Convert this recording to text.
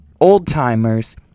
old-timers